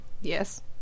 Yes